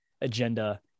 agenda